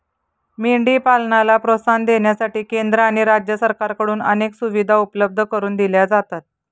मेंढी पालनाला प्रोत्साहन देण्यासाठी केंद्र आणि राज्य सरकारकडून अनेक सुविधा उपलब्ध करून दिल्या जातात